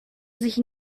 sich